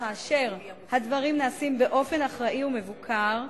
וכאשר הדברים נעשים באופן אחראי ומבוקר,